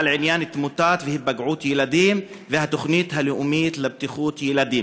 על עניין תמותת והיפגעות ילדים והתוכנית הלאומית לבטיחות ילדים.